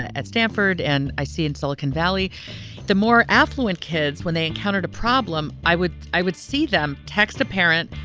at stanford and i see in silicon valley the more affluent kids. when they encountered a problem, i would i would see them text a parent.